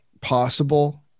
possible